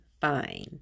fine